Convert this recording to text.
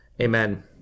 Amen